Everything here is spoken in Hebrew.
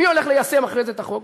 מי הולך ליישם אחרי זה את החוק?